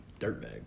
dirtbag